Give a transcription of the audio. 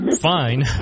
fine